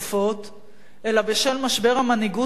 אלא בשל משבר המנהיגות וחוסר האמונה.